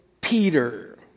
Peter